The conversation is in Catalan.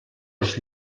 els